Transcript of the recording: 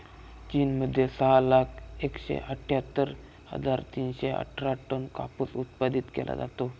चीन मध्ये सहा लाख एकशे अठ्ठ्यातर हजार तीनशे अठरा टन कापूस उत्पादित केला जातो